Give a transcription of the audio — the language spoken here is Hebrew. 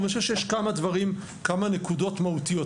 אבל אני חושב שיש כמה נקודות מהותיות.